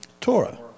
Torah